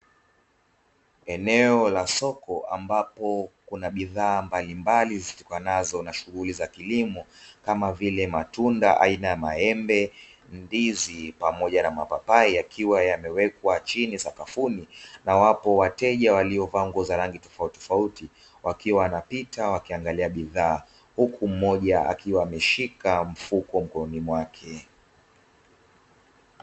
Eneo la soko ambapo kuna bidhaa mbalimbali zitakanazo na shughuli za kilimo kama vile matunda aina ya maembe, ndizi pamoja na mapapai yakiwa yamewekwa chini sakafuni. Na wapo wateja waliovaa ranga za tofauti wakiwa wanapita wakiangalia bidhaa huku mmoja akiwa ameshika mfuko mkononi mwake.